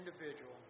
individual